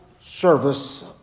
service